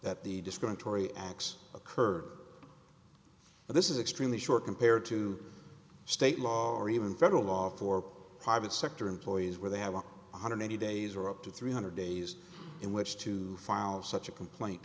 that the discriminatory acts occur but this is extremely short compared to state law or even federal law for private sector employees where they have a one hundred eighty days or up to three hundred days in which to file such a complaint